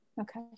Okay